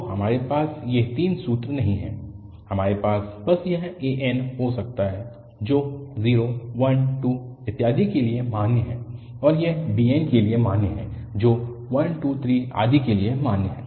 तो हमारे पास ये तीन सूत्र नहीं हैं हमारे पास बस यह an हो सकता है जो 0 1 2 इत्यादि के लिए मान्य है और यह bn लिए मान्य है जो 1 2 3 आदि के लिए मान्य है